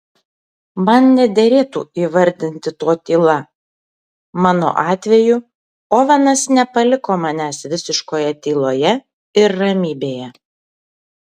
man nederėtų įvardinti to tyla mano atveju ovenas nepaliko manęs visiškoje tyloje ir ramybėje